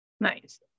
Nice